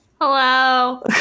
Hello